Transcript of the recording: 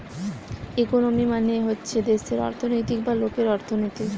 economy মানে হচ্ছে দেশের অর্থনৈতিক বা লোকের অর্থনীতি